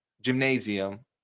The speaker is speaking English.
gymnasium